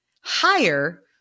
higher